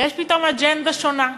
ויש פתאום אג'נדה שונה.